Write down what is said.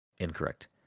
Incorrect